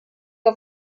auf